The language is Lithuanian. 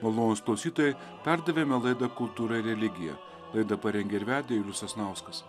malonūs klausytojai perdavėme laidą kultūra ir religija laidą parengė ir vedė julius sasnauskas